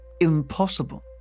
impossible